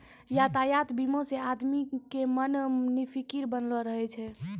यातायात बीमा से आदमी के मन निफिकीर बनलो रहै छै